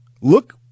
Look